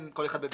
כל אחד בביתו.